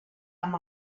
amb